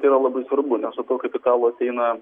tai yra labai svarbu nes su tuo kapitalu ateina